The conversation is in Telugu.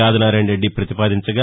ఆదినారాయణ రెడ్డి పాతిపాదించగా